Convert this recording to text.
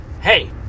Hey